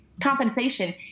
compensation